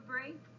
break